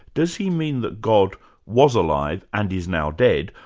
does he mean that god was alive and is now dead,